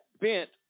bent